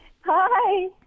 Hi